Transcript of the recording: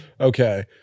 Okay